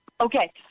Okay